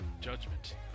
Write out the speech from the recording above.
Judgment